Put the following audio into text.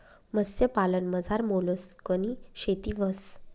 मत्स्यपालनमझार मोलस्कनी शेती व्हस